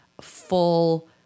full